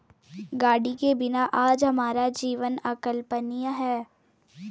गाड़ी के बिना आज हमारा जीवन अकल्पनीय है